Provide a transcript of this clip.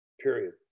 Period